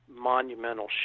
monumental